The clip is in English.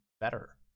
better